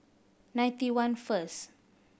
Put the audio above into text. ninety one first